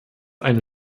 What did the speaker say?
eine